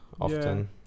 often